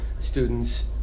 students